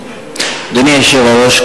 אדוני היושב-ראש,